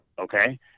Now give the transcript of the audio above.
okay